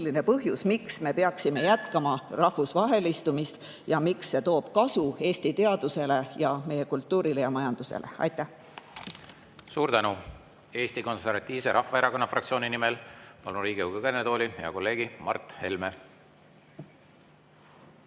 põhjus, miks me peaksime jätkama rahvusvahelistumist ja miks see toob kasu Eesti teadusele ja meie kultuurile ja majandusele. Aitäh! Suur tänu! Eesti Konservatiivse Rahvaerakonna fraktsiooni nimel palun Riigikogu kõnetooli hea kolleegi Mart Helme.